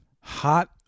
Hot